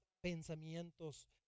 pensamientos